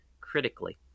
critically